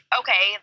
okay